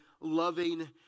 loving